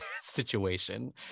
situation